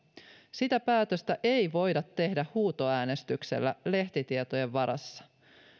sitä päätöstä ei voida tehdä huutoäänestyksellä lehtitietojen varassa